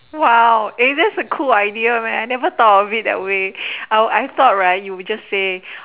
!wow! eh thats cool idea man I never thought of it that way I I I thought right you will just say